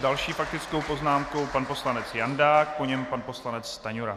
S další faktickou poznámkou pan poslanec Jandák, po něm pan poslanec Stanjura.